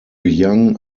young